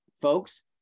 folks